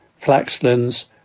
Flaxlands